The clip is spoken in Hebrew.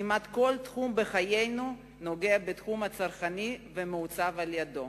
כמעט כל תחום בחיינו נוגע בתחום הצרכני ומעוצב על-ידו.